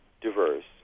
diverse